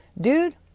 Dude